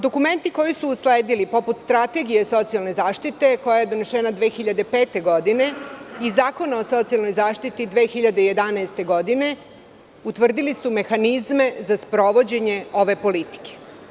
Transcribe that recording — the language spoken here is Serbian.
Dokumenti koji su usledili, poput Strategije socijalne zaštite koja je donesena 2005. godine i Zakona o socijalnoj zaštiti 2011. godine, utvrdili su mehanizme za sprovođenje ove politike.